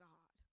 God